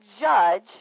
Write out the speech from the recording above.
judge